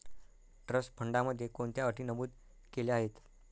Trust फंडामध्ये कोणत्या अटी नमूद केल्या आहेत?